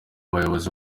bayobozi